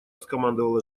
скомандовала